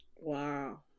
Wow